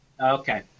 Okay